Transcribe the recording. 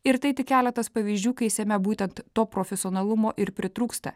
ir tai tik keletas pavyzdžių kai seme būtent to profesionalumo ir pritrūksta